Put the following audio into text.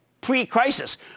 pre-crisis